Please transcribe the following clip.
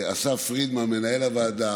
לפיכך,